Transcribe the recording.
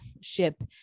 ship